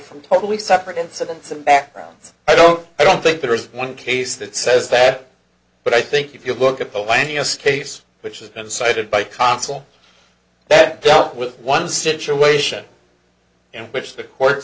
from totally separate incidents and backgrounds i don't i don't think there is one case that says that but i think if you look at the landing us case which has been cited by consul that dealt with one situation in which the court